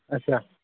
اچھا